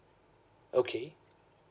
okay